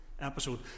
episode